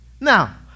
Now